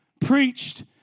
preached